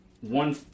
one